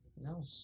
No